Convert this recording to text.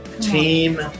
team